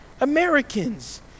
Americans